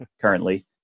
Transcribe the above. currently